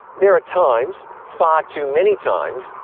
there are times, far too many times,